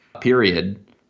period